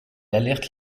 alerte